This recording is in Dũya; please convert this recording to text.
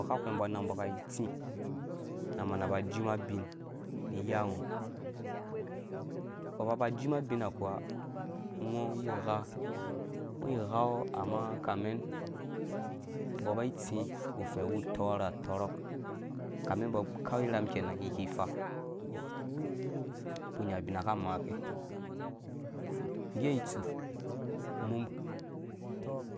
Aka ahweng mbɔ anang mbɔ aki itsĩ na amana ajima abin ni iyango umbɔ aba ajima abina kuwa, ungo ighaɔ kami umbɔ aba itsĩ ufɛ́ uwu utɔɔrha utɔrhɔk u kami umbɔ akau irham ikenan iki ifa, ukpurhu unya abina aka amake, nggea itsu, unum